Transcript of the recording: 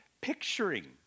picturing